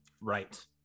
right